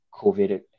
COVID